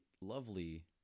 lovely